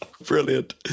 brilliant